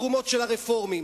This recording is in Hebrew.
בתרומות של הרפורמים,